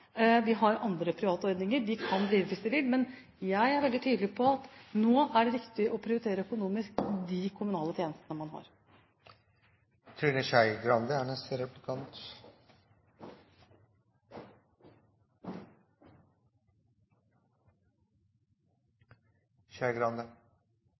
Vi har andre private ordninger – de kan drive med det hvis de vil – men jeg er veldig tydelig på at nå er det riktig å prioritere økonomisk de kommunale tjenestene man har. Nei, det er